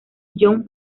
young